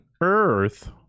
Earth